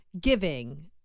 giving